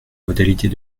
modalités